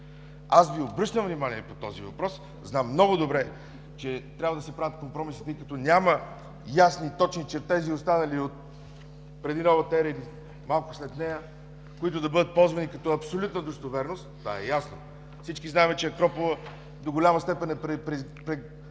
Аз Ви обръщам внимание по този въпрос, знам много добре, че трябва да се правят компромиси, тъй като няма ясни и точни чертежи, останали отпреди новата ера или малко след нея, които да бъдат ползвани като абсолютна достоверност – това е ясно. Всички знаем, че Акрополът до голяма степен е преправян